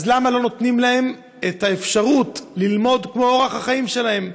אז למה לא נותנים להם את האפשרות ללמוד לפי אורח החיים שלהם?